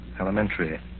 Elementary